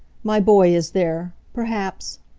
my boy is there. perhaps